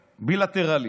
ובילטרליים.